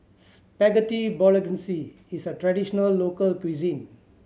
Spaghetti Bolognese is a traditional local cuisine